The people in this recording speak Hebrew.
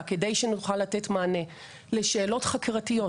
כדי שנוכל לתת מענה לשאלות חקירתיות,